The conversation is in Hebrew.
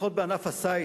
לפחות בענף הסיף,